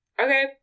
okay